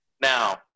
Now